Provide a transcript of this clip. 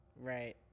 Right